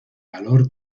valor